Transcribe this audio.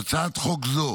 בהצעת חוק זו